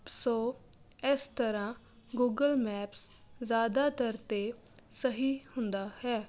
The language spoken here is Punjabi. ਸੋ ਇਸ ਤਰ੍ਹਾਂ ਗੂਗਲ ਮੈਪਸ ਜ਼ਿਆਦਾਤਰ ਅਤੇ ਸਹੀ ਹੁੰਦਾ ਹੈ